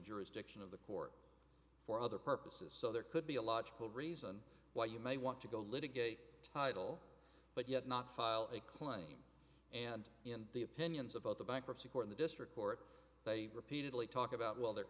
jurisdiction of the court for other purposes so there could be a logical reason why you may want to go litigate title but yet not file a claim and in the opinions of both the bankruptcy court the district court they repeatedly talk about well the